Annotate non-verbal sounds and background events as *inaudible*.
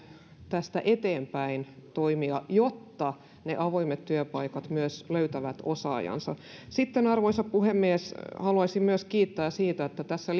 tästä eteenpäin toimia jotta ne avoimet työpaikat myös löytävät osaajansa sitten arvoisa puhemies haluaisin myös kiittää siitä että tässä *unintelligible*